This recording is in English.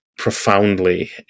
profoundly